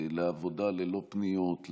לעבודה ללא פניות,